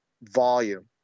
volume